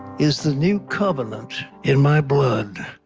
is the new covenant in my blood.